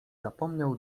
zapomniał